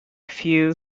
few